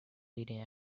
leading